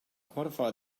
quantify